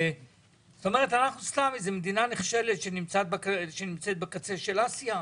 אנחנו סתם איזו מדינה נחשלת שנמצאת בקצה של אסיה?